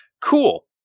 Cool